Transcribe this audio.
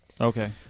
Okay